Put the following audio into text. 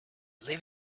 live